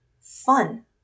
fun